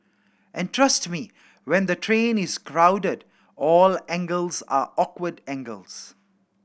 and trust me when the train is crowded all angles are awkward angles